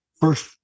first